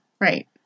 Right